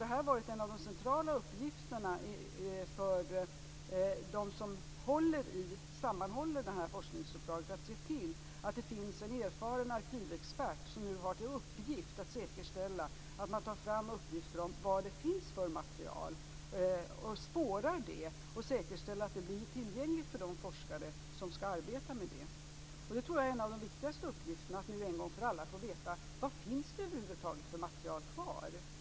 Det har varit en av de centrala uppgifterna för dem som håller samman forskningsuppdraget att se till att det finns en erfaren arkivexpert som har till uppgift att säkerställa att man tar fram uppgifter om vilket material som finns, spårar det och säkerställer att det blir tillgängligt för de forskare som skall arbeta med det. Det tror jag är en av de viktigaste uppgifterna. Vi skall en gång för alla få veta vilket material som finns kvar.